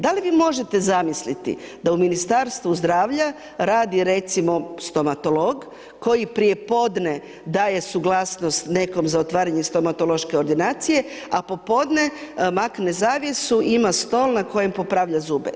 Da li vi možete zamisliti da u Ministarstvu zdravlja radi recimo stomatolog, koji prijepodne daje suglasnost nekom za otvaranje stomatološke ordinacije, a popodne makne zavjesu i ima stol na kojem popravlja zube.